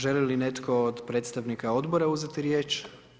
Želi li netko od predstavnika odbora uzeti riječ?